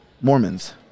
Mormons